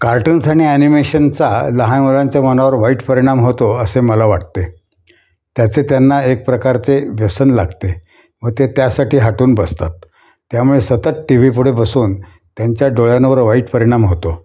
cartoons आणि ॲनिमेशनचा लहान मुलांच्या मनावर वाईट परिणाम होतो असे मला वाटते त्याचे त्यांना एक प्रकारचे व्यसन लागते व ते त्यासाठी हटून बसतात त्यामुळे सतत टी व्हीपुुढे बसून त्यांच्या डोळ्यांवर वाईट परिणाम होतो